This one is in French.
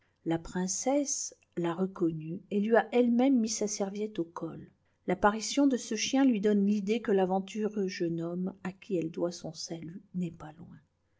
la princesse l'a reconnu et lui a elle-même mis sa serviette au col l'apparition de ce chien lui donne l'idée quo l'aventureux jeune homme à qui elle doit son salut n'est pas loin